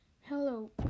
Hello